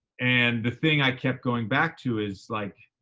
and the thing i kept going back to is, like,